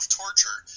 torture